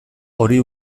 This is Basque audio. hori